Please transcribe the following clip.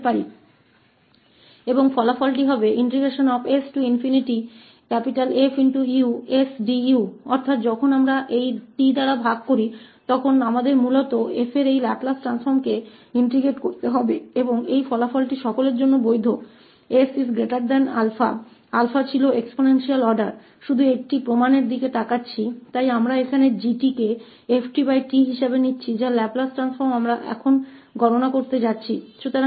और परिणाम होगा s𝐹𝑢𝑑u कि साधन जब हम इस 𝑡 से विभाजित करते है हम मूल रूप से एकीकृत करने के लिए इस लाप्लास 𝑓 का बदलना है और इस परिणाम सभी 𝑠 α α था 𝑓 के एक्सपोनेंशियल आदेश के लिए मान्य है वहाँ केवल एक प्रमाण को देखते हुए इसलिए हम यहाँ 𝑔𝑡 को ft रूप में लेते हैं जिसका लाप्लास परिवर्तन हम अभी गणना करने जा रहे हैं